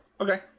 Okay